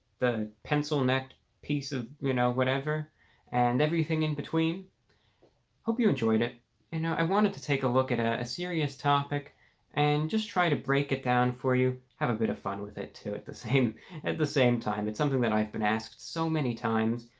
the pencil-necked piece of you know, whatever and everything in between hope you enjoyed it you know i wanted to take a look at ah a serious topic and just try to break it down for you have a bit of fun with it to it the same at the same time it's something that i've been asked so many times.